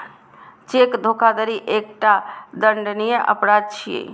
cheque धोखाधड़ी एकटा दंडनीय अपराध छियै